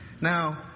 Now